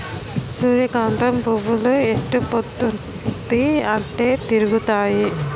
సూర్యకాంతం పువ్వులు ఎటుపోద్దున్తీ అటే తిరుగుతాయి